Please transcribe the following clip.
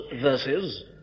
verses